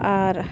ᱟᱨ